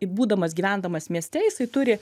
būdamas gyvendamas mieste jisai turi